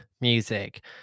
music